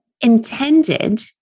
intended